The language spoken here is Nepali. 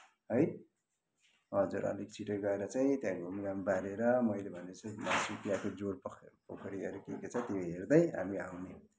है हजुर अलिक छिटै गएर चाहिँ त्यहाँ घुमघाम पारेर मैले भने झै सुकियाको जोर पोखरीहरू के के छ त्यो हेर्दै हामी आउने